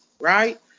right